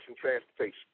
Transportation